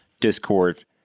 Discord